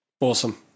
Awesome